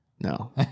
No